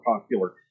popular